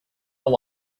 know